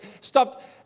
stopped